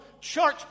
Church